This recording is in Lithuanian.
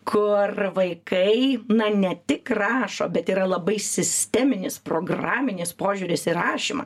kur vaikai na ne tik rašo bet yra labai sisteminis programinis požiūris į rašymą